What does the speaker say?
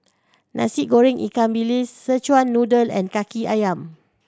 Nasi Goreng ikan bilis Szechuan Noodle and Kaki Ayam